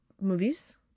movies